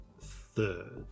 third